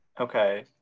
okay